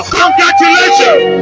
congratulations